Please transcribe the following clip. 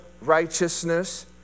righteousness